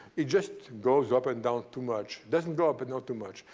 it just goes up and down too much, doesn't go up and not too much.